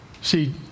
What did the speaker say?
See